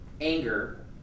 anger